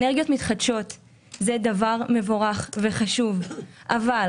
אנרגיות מתחדשות הן דבר מבורך וחשוב, אבל